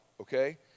okay